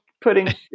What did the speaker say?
Putting